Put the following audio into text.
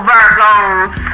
Virgos